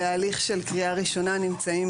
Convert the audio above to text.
בדרך כלל בהליך של קריאה ראשונה נמצאים